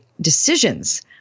decisions